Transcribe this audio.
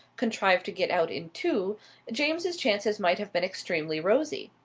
contrived to get out in two, james's chances might have been extremely rosy.